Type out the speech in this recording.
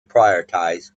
prioritize